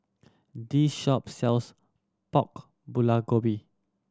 this shop sells Pork Bulgogi